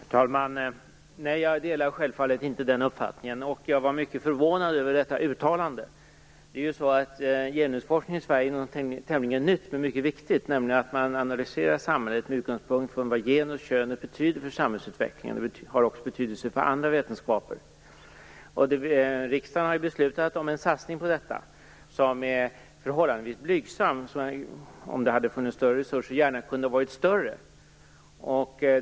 Fru talman! Nej, jag delar självfallet inte den uppfattningen. Jag var mycket förvånad över det uttalandet. Genusforskningen i Sverige är någonting tämligen nytt men mycket viktigt, nämligen att man analyserar samhället med utgångspunkt i vad genus betyder för samhällsutvecklingen. Det har också betydelse för andra vetenskaper. Riksdagen har ju beslutat om en satsning på detta, som är förhållandevis blygsam. Om det hade funnits större resurser hade den gärna kunnat vara större.